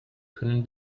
können